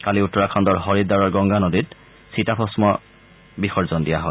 কালি উত্তৰাখণ্ডৰ হৰিদ্বাৰৰ গংগা নদীত তেওঁৰ চিতাভস্ম বিসৰ্জন দিয়া হয়